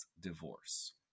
divorce